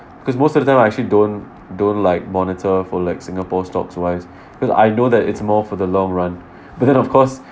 because most of the time I actually don't don't like monitor for like singapore stocks wise because I know that it's more for the long run but then of course